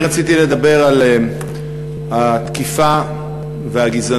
אני רציתי לדבר על התקיפה והגזענות